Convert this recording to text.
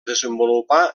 desenvolupà